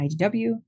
IDW